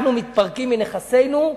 אנחנו מתפרקים מנכסינו,